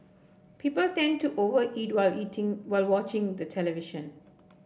people tend to over eat while eating while watching the television